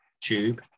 tube